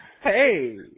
hey